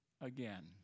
again